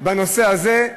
בנושא הזה,